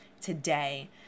today